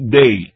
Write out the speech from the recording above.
day